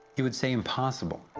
you would say impossible,